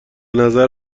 نظر